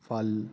ਫਲ